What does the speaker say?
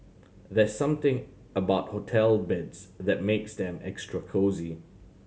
there's something about hotel beds that makes them extra cosy